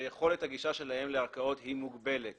שיכולת הגישה שלהם לערכאות מוגבלת